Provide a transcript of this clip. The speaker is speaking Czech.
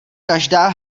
každá